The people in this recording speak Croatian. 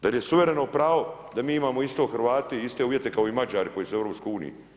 Zar je suvereno pravo da mi imamo isto Hrvati iste uvjete kao i Mađari koji su u EU?